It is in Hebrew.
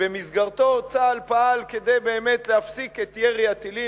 שבמסגרתו צה"ל פעל כדי באמת להפסיק את ירי הטילים.